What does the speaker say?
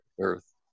earth